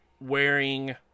wearing